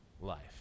life